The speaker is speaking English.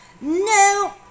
No